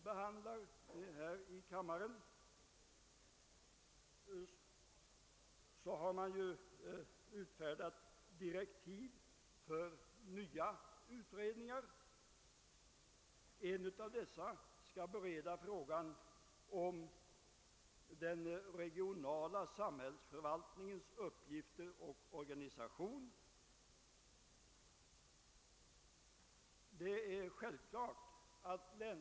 Länens olika storlek och struktur kan motivera avvikelser från denna normalorganisation. Detaljerade organisationsförslag avses bli framlagda i statsverkspropositionen för budgetåret 1971/72.